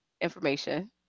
information